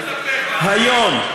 היום,